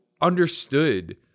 understood